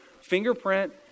fingerprint